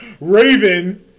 Raven